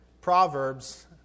proverbs